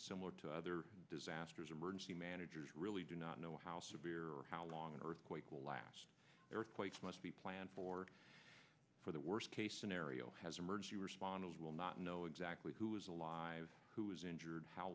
similar to other disasters emergency managers really do not know how severe or how long an earthquake will last earthquakes must be planned for for the worst case scenario has emerged the responses will not know exactly who is alive who was injured how